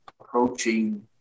approaching